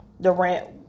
Durant